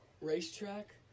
racetrack